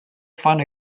find